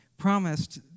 promised